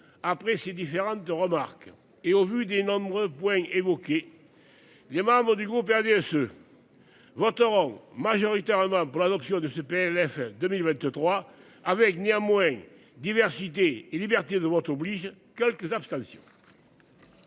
après ces différentes de remarques et au vu des nombreux points évoqués. Les membres du groupe RDSE. Voteront majoritairement pour l'adoption de ce PLFR 2023 avec néanmoins diversité et liberté de vote oblige quelques abstentions.